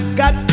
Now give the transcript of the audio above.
got